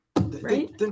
Right